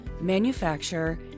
manufacture